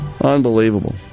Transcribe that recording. Unbelievable